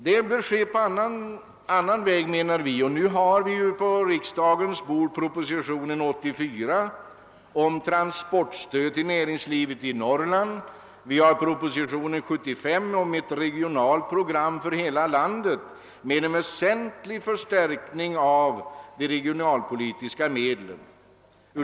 De bör gynnas på annan väg, menar vi. Nu har vi på riksdagens bord fått pro-, positionen 84 om transportstöd till näringslivet i Norrland och propositionen 75 om ett regionalpolitiskt program för hela landet som innebär en väsentlig förstärkning av de regionala medlen.